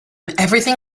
everything